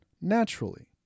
naturally